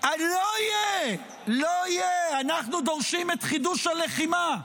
לא יהיה, לא יהיה, אנחנו דורשים את חידוש הלחימה,